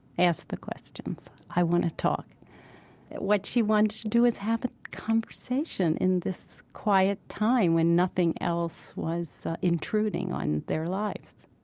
ask the questions. i want to talk what she wanted to do is have a conversation in this quiet time when nothing else was intruding on their lives